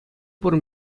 пур